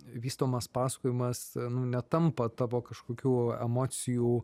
vystomas pasakojimas netampa tavo kažkokių emocijų